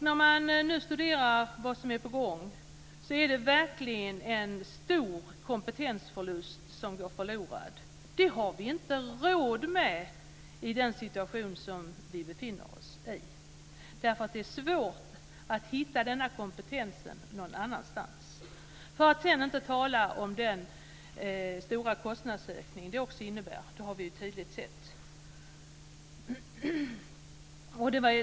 När man nu studerar vad som är på gång finner man att det verkligen är en stor kompetens som går förlorad. Det har vi inte råd med i den situation vi befinner oss. Det är svårt att hitta den kompetensen någon annanstans; för att inte tala om den stora kostnadsökning det innebär. Det har vi tydligt sett.